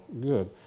good